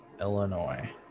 illinois